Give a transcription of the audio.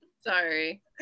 sorry